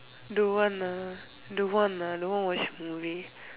don't want ah don't want ah don't want to watch movie